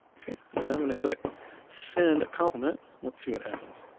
okay, and i'm gonna click send a compliment. let's see what happens.